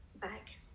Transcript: back